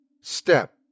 Step